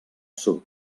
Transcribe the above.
sud